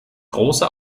große